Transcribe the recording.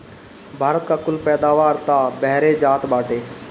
भारत का कुल पैदावार तअ बहरे जात बाटे